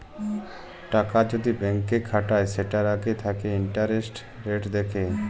টাকা যদি ব্যাংকে খাটায় সেটার আগে থাকে ইন্টারেস্ট রেট দেখে